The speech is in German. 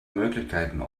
möglichkeiten